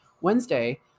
wednesday